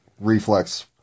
reflex